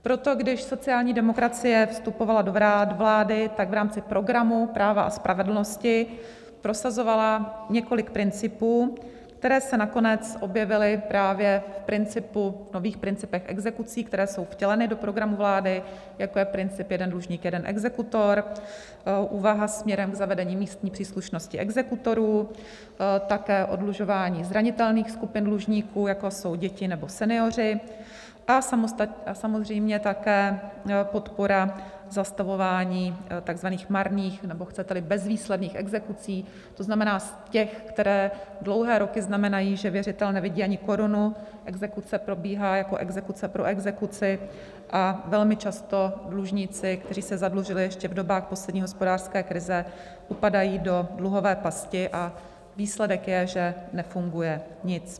Proto když sociální demokracie vstupovala do vlády, tak v rámci programu práva a spravedlnosti prosazovala několik principů, které se nakonec objevily právě v principu, nových principech exekucí, které jsou vtěleny do programu vlády, jako je princip jeden dlužník jeden exekutor, úvaha směrem k zavedení místní příslušnosti exekutorů, také oddlužování zranitelných skupin dlužníků, jako jsou děti nebo senioři, a samozřejmě také podpora zastavování takzvaných marných, nebo chceteli, bezvýsledných exekucí, to znamená těch, které dlouhé roky znamenají, že věřitel nevidí ani korunu, exekuce probíhá jako exekuce pro exekuci a velmi často dlužníci, kteří se zadlužili ještě v dobách poslední hospodářské krize, upadají do dluhové pasti a výsledek je, že nefunguje nic.